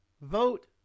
vote